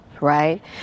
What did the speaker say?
right